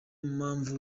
mpamvu